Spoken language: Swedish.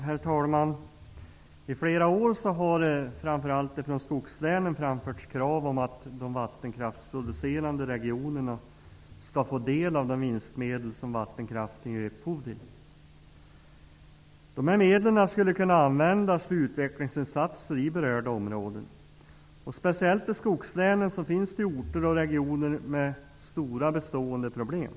Herr talman! I flera år har det, framför allt ifrån skogslänen, framförts krav om att de vattenkraftsproducerande regionerna skall få del av de vinstmedel som vattenkraften ger upphov till. Medlen skulle kunna användas för utvecklingsinsatser i berörda områden. Särskilt i skogslänen finns det orter och regioner med stora bestående problem.